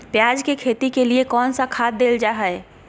प्याज के खेती के लिए कौन खाद देल जा हाय?